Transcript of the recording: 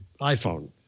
iPhone